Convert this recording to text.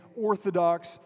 orthodox